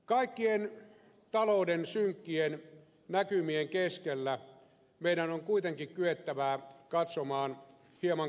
kaikkien talouden synkkien näkymien keskellä meidän on kuitenkin kyettävä katsomaan hieman kauemmaksi tulevaisuuteen